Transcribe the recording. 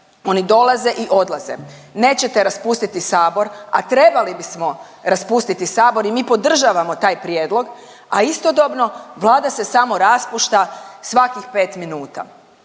oni dolaze i odlaze, nećete raspustiti sabor, a trebali bismo raspustiti sabor i mi podržavamo taj prijedlog, a istodobno Vlada se samo raspušta svakih 5 minuta.